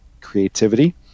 creativity